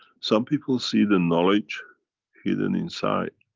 some people see the knowledge hidden inside